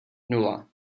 nula